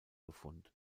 befund